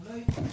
הילדים וכולי.